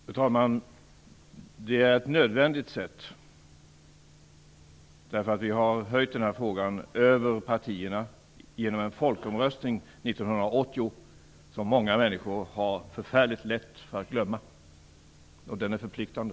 Fru talman! Det är ett nödvändigt sätt, eftersom vi har höjt den här frågan över partierna genom en folkomröstning 1980 som många människor har förfärligt lätt att glömma. Den är förpliktande.